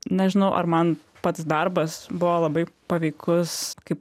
nežinau ar man pats darbas buvo labai paveikus kaip